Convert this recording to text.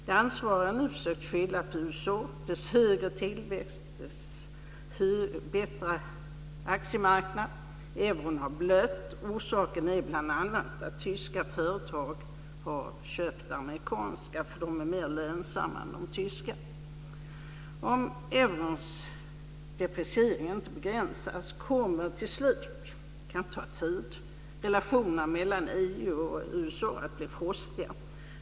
De ansvariga har nu försökt skylla på USA, dess högre tillväxt, dess bättre aktiemarknad. Euron har blött. Orsaken är bl.a. att tyska företag har köpt amerikanska eftersom de är mer lönsamma än de tyska. Om eurons depreciering inte begränsas kommer till slut relationerna mellan EU och USA att bli frostiga.